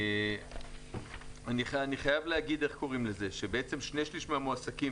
אני חייב להגיד ששני שליש מהמועסקים בתעשייה,